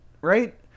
right